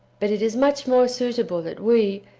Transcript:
but it is much more suitable that we,